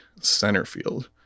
Centerfield